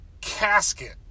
casket